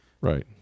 Right